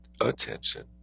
attention